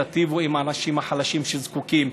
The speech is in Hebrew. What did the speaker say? תיטיבו עם האנשים החלשים שזקוקים,